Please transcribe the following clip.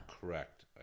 Correct